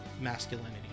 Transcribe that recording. masculinity